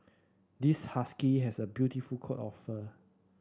this husky has a beautiful coat of fur